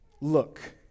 look